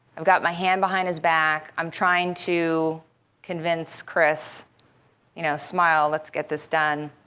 i've got my hand behind his back, i'm trying to convince chris you know smile, let's get this done.